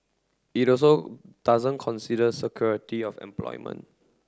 it also doesn't consider security of employment